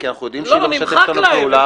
כי אנחנו יודעים שהיא לא משתפת איתנו פעולה --- לא,